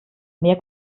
mehr